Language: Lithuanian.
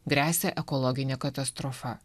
gresia ekologinė katastrofa